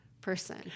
person